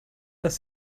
das